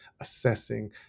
assessing